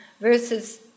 versus